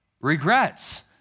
regrets